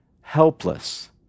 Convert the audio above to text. helpless